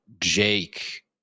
Jake